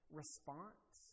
response